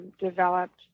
developed